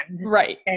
Right